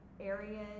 areas